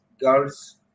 girls